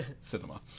cinema